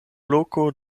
loko